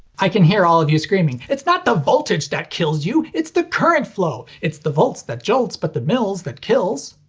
i can hear all of you screaming it's not the voltage that kills you it's the current flow! it's the volts that jolts but the mils that kills.